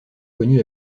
connues